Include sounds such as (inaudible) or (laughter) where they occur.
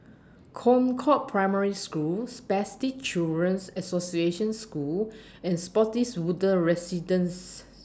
Concord Primary School Spastic Children's Association School (noise) and Spottiswoode Residences